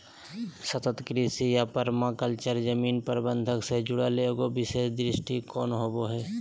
सतत कृषि या पर्माकल्चर जमीन प्रबन्धन से जुड़ल एगो विशेष दृष्टिकोण होबा हइ